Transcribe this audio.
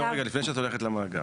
לא, רגע, לפני שאת הולכת למאגר,